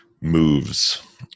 moves